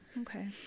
Okay